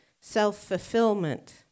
self-fulfillment